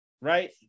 right